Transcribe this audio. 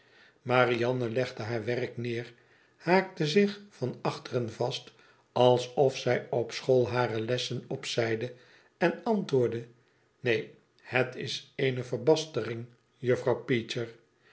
marianne legde haar werk neder haakte zich van achteren vast alsof zij op school hare lessen opzeide en antwoordde ineen het is eene verbastering juffrouw peecher